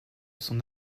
son